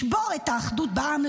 לשבור את האחדות בעם,